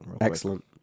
Excellent